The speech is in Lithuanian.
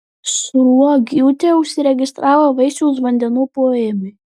sruogiūtė užsiregistravo vaisiaus vandenų poėmiui